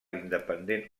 independent